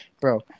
bro